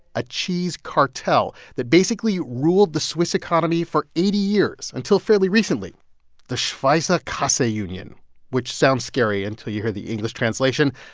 a cheese cartel that basically ruled the swiss economy for eighty years until fairly recently the schweizer kaseunion, which sounds scary until you hear the english translation,